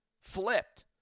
flipped